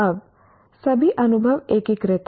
अब सभी अनुभव एकीकृत हैं